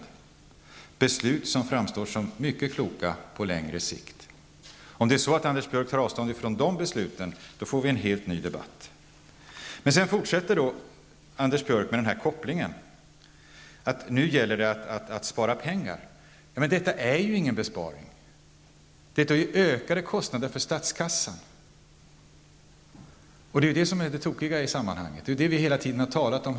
Det var beslut som framstår som mycket kloka på längre sikt. Om Anders Björck tar avstånd från de besluten får vi en helt ny debatt. Anders Björck fortsätter sedan med sin koppling, att det nu gäller att spara pengar. Men detta är ju ingen besparing, utan det innebär ökade kostnader för statskassan. Det är ju det som är det tokiga i sammanhanget, det är ju det vi hela tiden har talat om.